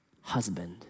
husband